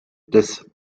des